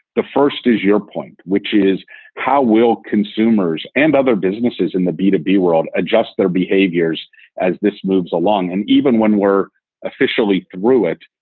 the first is your point, which is how will consumers and other businesses in the b two b world adjust their behaviors as this moves along and even when we're officially through it?